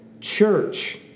Church